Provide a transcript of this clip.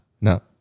No